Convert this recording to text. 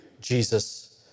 Jesus